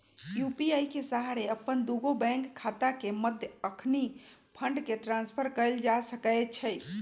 UPI के सहारे अप्पन दुगो बैंक खता के मध्य अखनी फंड के ट्रांसफर कएल जा सकैछइ